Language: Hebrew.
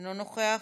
אינו נוכח,